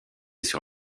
sur